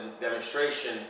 demonstration